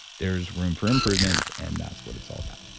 there's room for improvement. and that's what it's all about